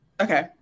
Okay